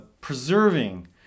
Preserving